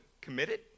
committed